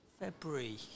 February